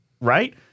right